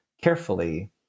carefully